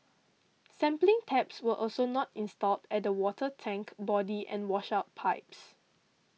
sampling taps were also not installed at the water tank body and washout pipes